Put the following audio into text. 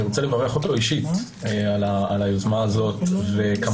אני רוצה לברך אותו אישית על היזמה הזאת ואת